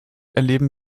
erleben